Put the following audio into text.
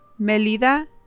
Melida